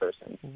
person